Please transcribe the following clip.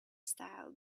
style